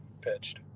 pitched